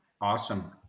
Awesome